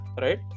Right